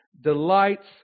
delights